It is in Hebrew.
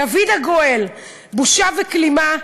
דוד הגואל: בושה וכלימה,